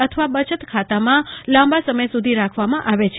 અથવા બચતખાતામાં લાંબ સમય સુધી રાખવામાં આવે છે